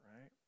right